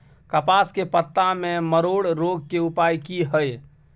कपास के पत्ता में मरोड़ रोग के उपाय की हय?